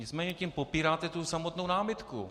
Nicméně tím popíráte samotnou námitku.